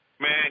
Man